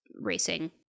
racing